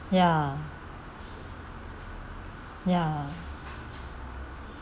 ya ya